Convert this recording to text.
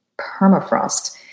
permafrost